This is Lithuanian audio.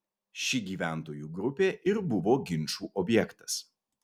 ši gyventojų grupė ir buvo ginčų objektas